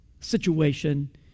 situation